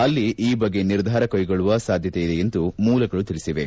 ಅಲ್ಲಿ ಈ ಬಗ್ಗೆ ನಿರ್ಧಾರ ಕೈಗೊಳ್ಳುವ ಸಾಧ್ಯತೆ ಇದೆ ಎಂದು ಮೂಲಗಳು ತಿಳಿಸಿವೆ